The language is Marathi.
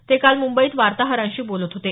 ते काल मुंबईत वार्ताहरांशी बोलत होते